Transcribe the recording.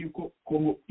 Como